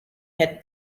had